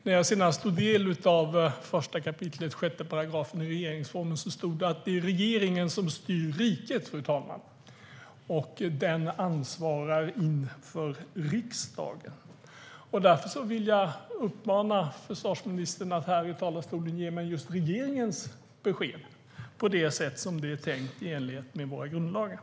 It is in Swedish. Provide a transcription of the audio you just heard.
När jag senast tog del av 1 kap. 6 § i regeringsformen stod det att det är regeringen som styr riket, fru talman, och den ansvarar inför riksdagen. Därför vill jag uppmana försvarsministern att här i dag ge mig just regeringens besked på det sätt som det är tänkt i enlighet med våra grundlagar.